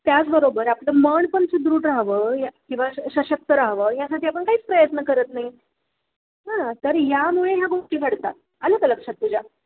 त्याचबरोबर आपलं मन पण सुदृढ रहावं किंवा सशक्त रहावं यासाठी आपण काहीच प्रयत्न करत नाही हां तर यामुळे ह्या गोष्टी घडतात आलं का लक्षात तुझ्या